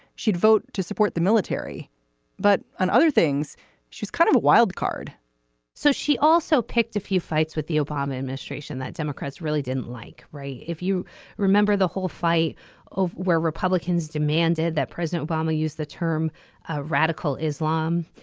she'd vote to support the military but on other things she's kind of a wild card so she also picked a few fights with the obama administration that democrats really didn't like. right. if you remember the whole fight of where republicans demanded that president obama use the term ah radical islam.